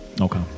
okay